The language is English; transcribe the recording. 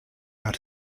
out